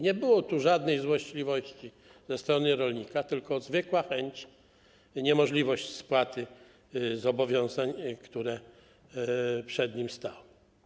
Nie było tu żadnej złośliwości ze strony rolnika, tylko zwykła niemożliwość spłaty zobowiązań, które przed nim stały.